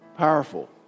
Powerful